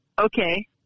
okay